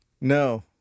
No